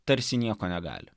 tarsi nieko negali